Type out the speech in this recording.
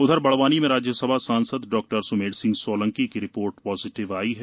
उधर बड़वानी में राज्यसभा सांसद डॉ सुमेर सिंह सोलंकी की रिपोर्ट पॉजिटिव आई है